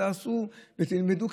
תעשו ותלמדו,